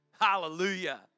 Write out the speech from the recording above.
Hallelujah